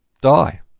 die